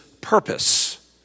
purpose